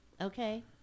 Okay